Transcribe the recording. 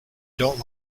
don’t